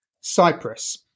Cyprus